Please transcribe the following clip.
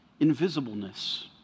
Invisibleness